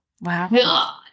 wow